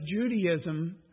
Judaism